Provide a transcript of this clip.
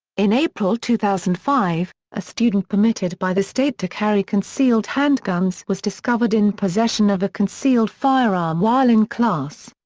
in april two thousand and five, a student permitted by the state to carry concealed handguns was discovered in possession of a concealed firearm while in class.